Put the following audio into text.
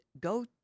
go